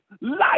life